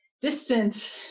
distant